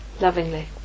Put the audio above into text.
lovingly